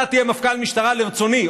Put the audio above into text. אתה תהיה מפכ"ל משטרה לרצוני,